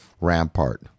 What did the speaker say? Rampart